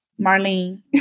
Marlene